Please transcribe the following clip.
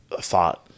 thought